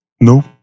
Nope